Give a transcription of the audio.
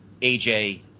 AJ